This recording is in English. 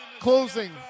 closing